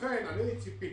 לכן, אני ציפיתי.